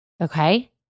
Okay